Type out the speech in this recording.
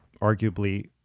arguably